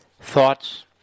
thoughts